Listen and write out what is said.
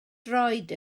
droed